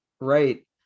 right